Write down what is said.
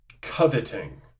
Coveting